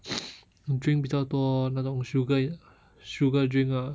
drink 比较多那种 sugar sugar drink ah